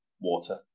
water